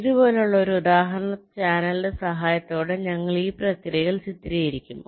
ഇതുപോലുള്ള ഒരു ഉദാഹരണ ചാനലിന്റെ സഹായത്തോടെ ഞങ്ങൾ ഈ പ്രക്രിയകൾ ചിത്രീകരിക്കും